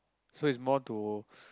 so is more to